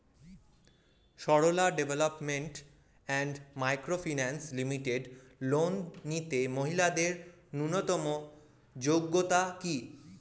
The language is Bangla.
Sarala development and micro finance limited loan নিতে মহিলাদের ন্যূনতম যোগ্যতা কী?